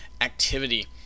activity